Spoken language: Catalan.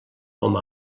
com